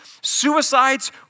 suicides